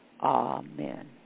Amen